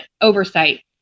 oversight